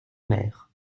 mer